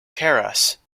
keras